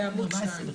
עמוד 2,